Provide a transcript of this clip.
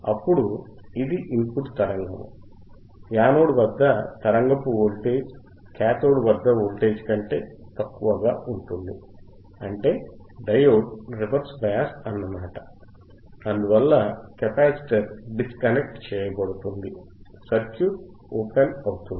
అప్పుడు ఇది ఇన్పుట్ తరంగము యానోడ్ వద్ద తరంగపు వోల్టేజ్ కాథోడ్ వద్ద వోల్టేజ్ కంటే తక్కువగా ఉంటుంది అంటే డయోడ్ రివర్స్ బయాస్ అన్నమాట అందువల్ల కెపాసిటర్ డిస్కనెక్ట్ చేయబడుతుంది సర్క్యూట్ ఓపెన్ అవుతుంది